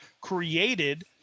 created